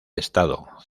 estado